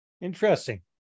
Interesting